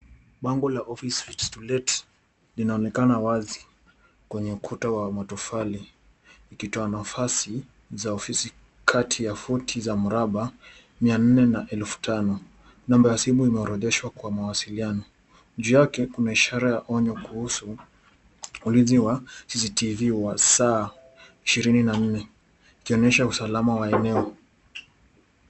Bango la office suites to let linaonekana wazi, kwenye ukuta wa matofali, ikitoa nafasi za ofisi kati ya futi za mraba 400 na 5000.Namba ya simu imeorodheshwa kwa mawasiliano, juu yake kuna ishara ya onyo kuhusu ulinzi wa CCTV wa saa 24, ikionyesha usalama wa eneo.